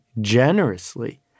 generously